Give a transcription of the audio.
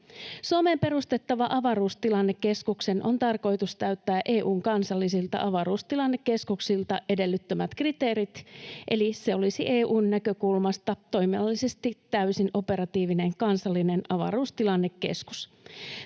Suomeen perustettavan avaruustilannekeskuksen on tarkoitus täyttää EU:n kansallisilta avaruustilannekeskuksilta edellyttämät kriteerit, eli se olisi EU:n näkökulmasta toiminnallisesti täysin operatiivinen kansallinen avaruustilannekeskus.